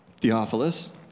Theophilus